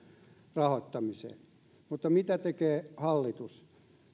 rahoittamiseen mutta mitä tekee hallitus